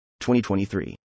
2023